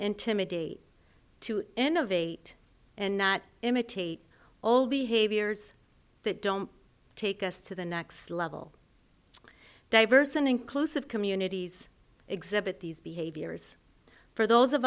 intimidate to innovate and not imitate all behaviors that don't take us to the next level diverse and inclusive communities exhibit these behaviors for those of